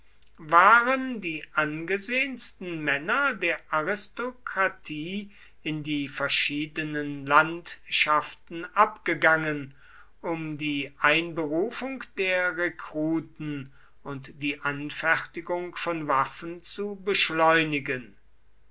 waren die angesehensten männer der aristokratie in die verschiedenen landschaften abgegangen um die einberufung der rekruten und die anfertigung von waffen zu beschleunigen